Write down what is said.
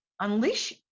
Unleash